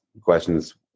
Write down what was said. questions